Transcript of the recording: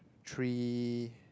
three